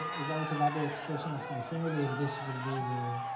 about another expression of my family and this will be the